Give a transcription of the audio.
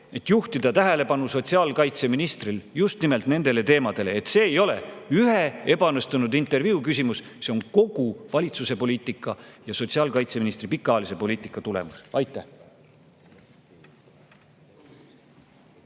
oli juhtida sotsiaalkaitseministri tähelepanu just nimelt nendele teemadele. See ei ole ühe ebaõnnestunud intervjuu küsimus, see on kogu valitsuse poliitika ja sotsiaalkaitseministri pikaajalise poliitika tulemus. Aitäh!